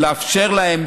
לאפשר להם,